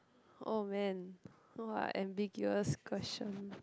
oh man !wah! ambiguous question